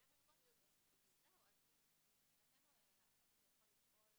אז מבחינתנו החוק הזה יכול לפעול